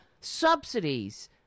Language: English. subsidies